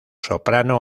soprano